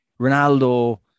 Ronaldo